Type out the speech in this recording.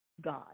God